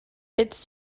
its